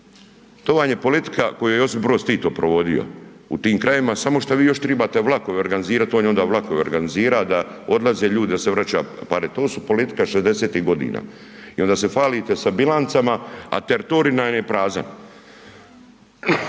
To vam je politika koju je Josip Broz Tito provodio u tim krajevima samo što vi još trebate vlakove organizirati, on je onda vlakove organizirao da odlaze ljudi, da se vraća pare, to je politika 60-ih godina. I onda se hvalite sa bilancama a teritorij nam je prazan.